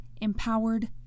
empowered